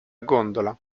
gondola